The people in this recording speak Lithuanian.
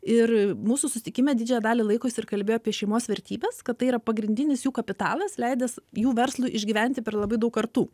ir mūsų susitikime didžiąją dalį laiko jis ir kalbėjo apie šeimos vertybes kad tai yra pagrindinis jų kapitalas leidęs jų verslui išgyventi per labai daug kartų